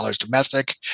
domestic